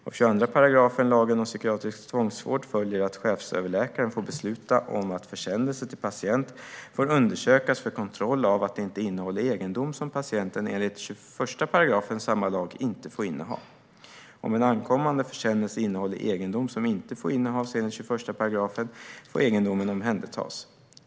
Av 22 § lagen om psykiatrisk tvångsvård följer att chefsöverläkaren får besluta om att försändelser till patient får undersökas för kontroll av att det inte innehåller egendom som patienten enligt 21 § samma lag inte får inneha. Om en ankommande försändelse innehåller egendom som inte får innehas enligt 21 § får egendomen omhändertas.